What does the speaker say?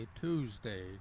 Tuesday